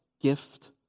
gift